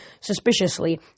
suspiciously